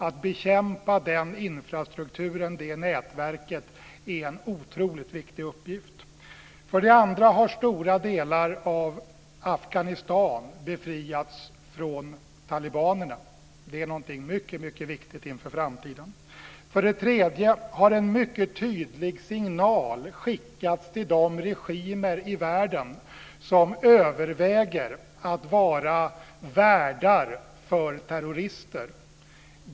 Att bekämpa den infrastrukturen och det nätverket är en otroligt viktig uppgift. För det andra har stora delar av Afghanistan befriats från talibanerna. Det är någonting mycket viktigt inför framtiden. För det tredje har en mycket tydlig signal skickats till de regimer i världen som överväger att vara värdar för terrorister.